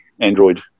android